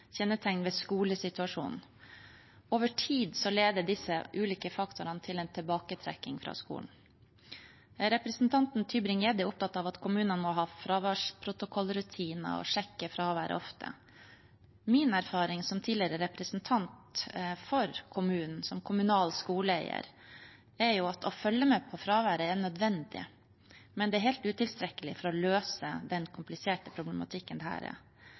skolesituasjonen. Over tid leder disse ulike faktorene til en tilbaketrekking fra skolen. Representanten Tybring-Gjedde er opptatt av at kommunene må ha fraværsprotokollrutiner og sjekke fraværet ofte. Min erfaring som tidligere representant for kommunen, som kommunal skoleeier, er at det er nødvendig å følge med på fraværet, men at det er helt utilstrekkelig for å løse den kompliserte problematikken dette er. Dette er